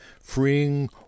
freeing